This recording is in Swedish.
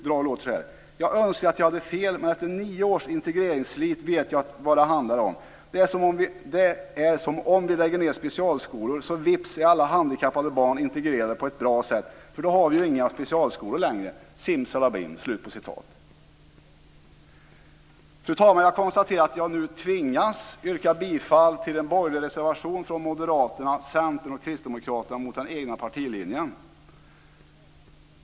Där låter det så här: "Jag önskar att jag hade fel, men efter 9 års integreringsslit vet jag vad det handlar om. Det är som om vi lägger ner specialskolor, så vips är alla handikappade barn integrerade på ett bra sätt, för då har vi ju inte längre några specialskolor. Simsalabim!" Fru talman! Jag konstaterar att jag nu tvingas yrka bifall till en borgerlig reservation från Moderaterna, Centern och Kristdemokraterna mot den egna partilinjen.